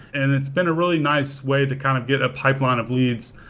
and it's been a really nice way to kind of get a pipeline of leads.